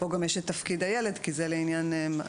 פה יש גם תפקיד הילד כי זה לעניין מחזות.